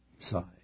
Side